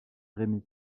rémy